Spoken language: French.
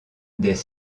des